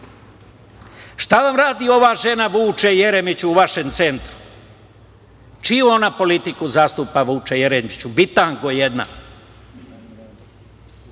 Šta vam radi ova žena, Vuče Jeremiću, u vašem centru? Čiju ona politiku zastupa, Vuče Jeremiću, bitango jedna?